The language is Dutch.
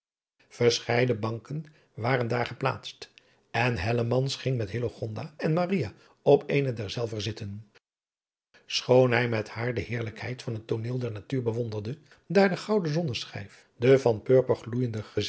verscheiden banken waren daar geplaatst en hellemans ging met hillegonda en maria op eene derzelver zitten schoon hij met haar de heerlijkheid van het tooneel der natuur bewbnderde daar de gouden zonneschijf den van